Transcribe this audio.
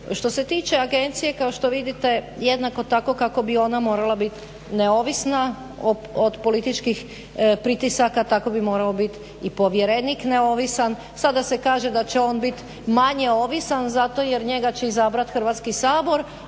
Što se tiče agencije kao što vidite jednako tako kako bi ona morala biti neovisna od političkih pritisaka, tako bi morao biti i povjerenik neovisan. Sada se kaže da će on biti manje ovisan zato jer njega će izabrati Hrvatski sabor